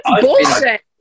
bullshit